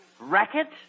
Racket